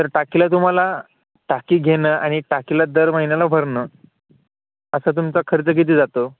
तर टाकीला तुम्हाला टाकी घेणं आणि टाकीला दर महिन्याला भरणं असा तुमचा खर्च किती जातो